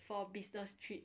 for business trip